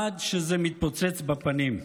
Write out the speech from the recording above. עד שזה מתפוצץ בפנים.